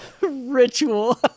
ritual